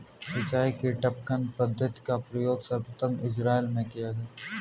सिंचाई की टपकन पद्धति का प्रयोग सर्वप्रथम इज़राइल में किया गया